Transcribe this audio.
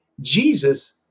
Jesus